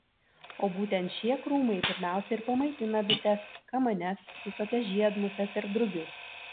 o būtent šie krūmai pirmiausia ir pamaitina bites kamanes visokias žiedmuses ir drugius